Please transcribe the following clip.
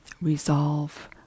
resolve